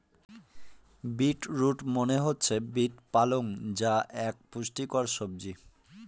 bit root মনে হচ্ছে beet পালং যা এক পুষ্টিকর সবজি